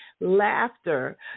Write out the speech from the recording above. laughter